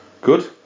Good